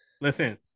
Listen